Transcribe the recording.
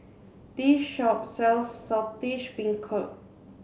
this shop sells Saltish Beancurd